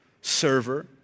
server